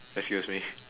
excuse me